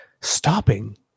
Stopping